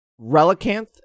Relicanth